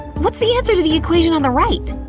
what's the answer to the equation on the right?